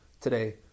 today